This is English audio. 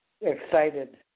excited